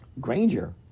Granger